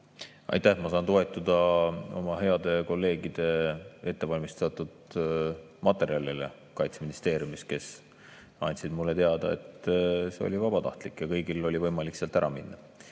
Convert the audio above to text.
Aitäh! Ma saan toetuda oma heade kolleegide ettevalmistatud materjalile Kaitseministeeriumis. Nad andsid mulle teada, et see oli vabatahtlik ja kõigil oli võimalik sealt ära minna.